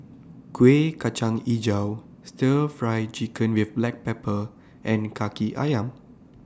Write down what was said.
Kuih Kacang Hijau Stir Fry Chicken with Black Pepper and Kaki Ayam